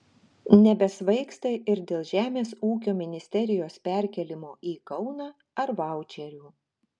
nebesvaigsta ir dėl žemės ūkio ministerijos perkėlimo į kauną ar vaučerių